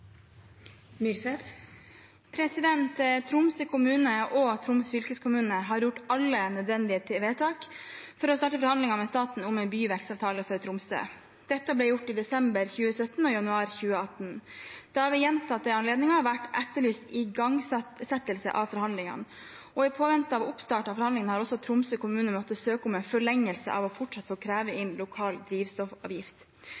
kommune og Troms fylkeskommune har gjort alle nødvendige vedtak for å starte forhandlinger med staten om en byvekstavtale for Tromsø. Dette ble gjort i desember 2017 og januar 2018. Det har ved gjentatte anledninger vært etterlyst igangsettelse av forhandlingene, og i påvente av oppstart av forhandlingene har også Tromsø kommune måttet søke om en forlengelse av å fortsatt få kreve